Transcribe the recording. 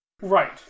Right